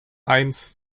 eins